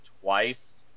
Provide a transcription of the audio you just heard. twice